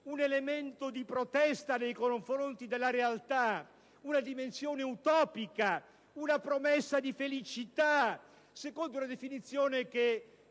un elemento di protesta nei confronti della realtà, una dimensione utopica, una promessa di felicità, secondo la definizione che